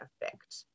effect